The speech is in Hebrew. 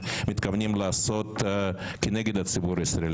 לא היה לזה תקדים גם בכנסת הקודמת.